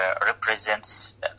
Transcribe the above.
represents